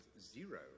zero